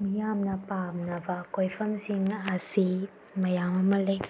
ꯃꯤꯌꯥꯝꯅ ꯄꯥꯝꯅꯕ ꯀꯣꯏꯐꯝꯁꯤꯡ ꯑꯁꯤ ꯃꯌꯥꯝ ꯑꯃ ꯂꯩ